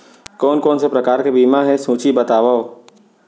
कोन कोन से प्रकार के बीमा हे सूची बतावव?